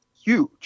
huge